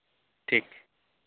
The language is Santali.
ᱴᱷᱤᱠ